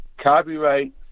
copyright